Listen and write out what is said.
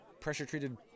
pressure-treated